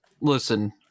listen